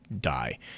die